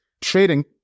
trading